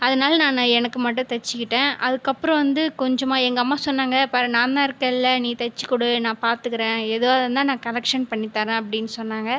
அதனால நான் எனக்கு மட்டும் தைச்சுக்கிட்டேன் அதுக்கப்புறம் வந்து கொஞ்சமாக எங்கள் அம்மா சொன்னாங்க பார் நான் தான் இருக்கேனில்ல நீ தைச்சு கொடு நான் பார்த்துக்குறேன் எதுவாக இருந்தால் நான் கரெக்க்ஷன் பண்ணி தரேன் அப்படினு சொன்னாங்க